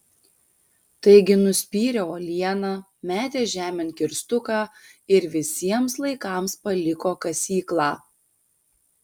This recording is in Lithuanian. taigi nuspyrė uolieną metė žemėn kirstuką ir visiems laikams paliko kasyklą